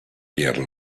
pierre